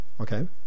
Okay